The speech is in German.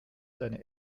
seine